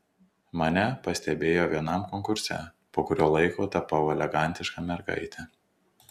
mane pastebėjo vienam konkurse po kurio laiko tapau elegantiška mergaite